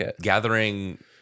gathering